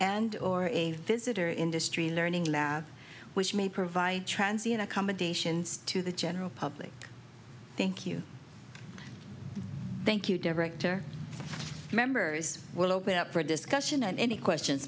and or a visitor industry learning lab which may provide transience combinations to the general public thank you thank you director members will open up for discussion and any questions